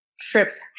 trips